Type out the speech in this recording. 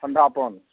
ठण्डापन